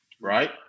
Right